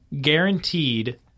guaranteed